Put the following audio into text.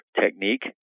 technique